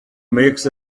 makes